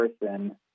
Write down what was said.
person